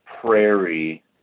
prairie